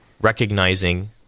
recognizing